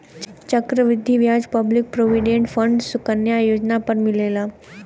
चक्र वृद्धि ब्याज पब्लिक प्रोविडेंट फण्ड सुकन्या योजना पर मिलेला